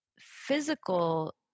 physical